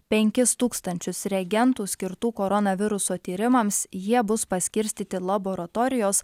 penkis tūkstančius reagentų skirtų koronaviruso tyrimams jie bus paskirstyti laboratorijos